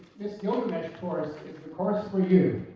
this gilgamesh course is the course for you.